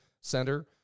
center